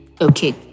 Okay